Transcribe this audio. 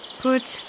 Good